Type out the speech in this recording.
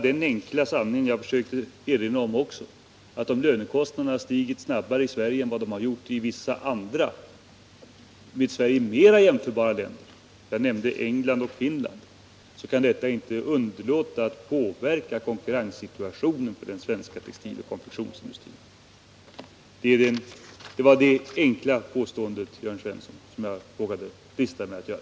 Den enkla sanning som jag har försökt erinra om är egentligen bara att om lönekostnaden stiger snabbare i Sverige än i vissa andra med Sverige mer jämförbara länder — jag nämnde England och Finland — kan detta inte undgå att påverka den svenska textiloch konfektionsindustrins konkurrenssituation. Detta enkla påstående, Jörn Svensson, dristade jag mig att göra.